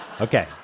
Okay